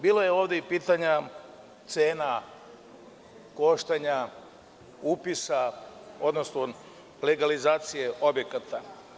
Bilo je ovde i pitanja cena koštanja upisa, odnosno legalizacije objekta.